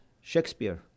Shakespeare